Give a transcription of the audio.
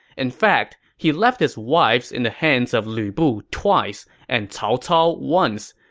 in fact, he left his wives in the hands of lu bu twice and cao cao once,